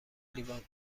لیوان